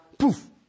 poof